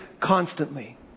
constantly